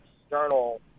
external